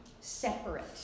separate